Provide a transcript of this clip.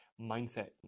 mindset